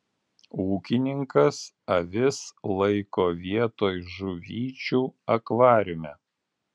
ūkininkas avis laiko vietoj žuvyčių akvariume